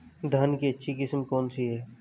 धान की अच्छी किस्म कौन सी है?